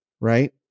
right